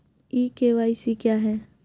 ई KYC क्या है?